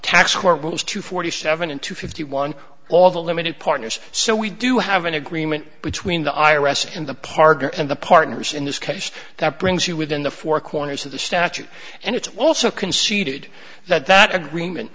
tax court rules to forty seven to fifty one all the limited partners so we do have an agreement between the i r s and the partner and the partners in this case that brings you within the four corners of the statute and it's also conceded that that agreement